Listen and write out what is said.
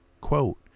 Quote